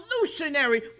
revolutionary